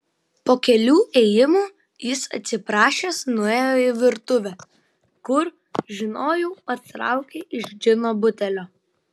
po kelių ėjimų jis atsiprašęs nuėjo į virtuvę kur žinojau patraukė iš džino butelio